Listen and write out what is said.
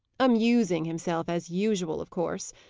amusing himself, as usual, of course.